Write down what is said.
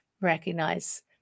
recognize